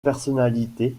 personnalité